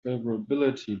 favorability